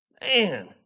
Man